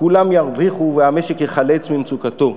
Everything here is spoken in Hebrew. כולם ירוויחו והמשק ייחלץ ממצוקתו.